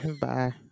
Bye